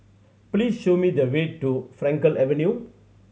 please show me the way to Frankel Avenue